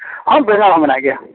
ᱚᱻ ᱵᱮᱸᱜᱟᱲ ᱦᱚᱸ ᱢᱮᱱᱟᱜ ᱜᱮᱭᱟ